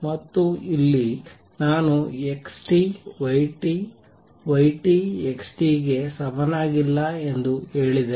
ಮತ್ತು ಅಲ್ಲಿ ನಾನು x y y x ಗೆ ಸಮನಾಗಿಲ್ಲ ಎಂದು ಹೇಳಿದೆ